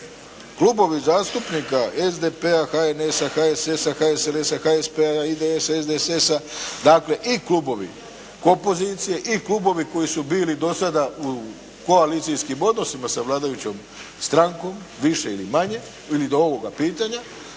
klubovi zastupnika SDP-a, HNS-a, HSS-a, HSLS-a, HSP-a, IDS-a, SDSS-a, dakle i klubovi kompozicije i klubovi koji su bili do sada u koalicijskim odnosima sa vladajućom stranke više ili manje ili do ovoga pitanja,